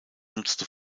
nutzte